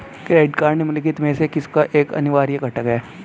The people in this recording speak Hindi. क्रेडिट कार्ड निम्नलिखित में से किसका एक अनिवार्य घटक है?